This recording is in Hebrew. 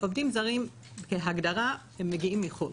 עובדים זרים כהגדרה מגיעים מחו"ל,